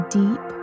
deep